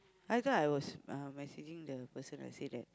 ah because I was uh messaging the person I say that